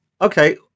okay